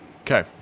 Okay